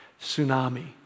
tsunami